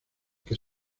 que